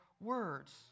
words